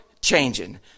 changing